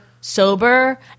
sober